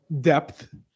depth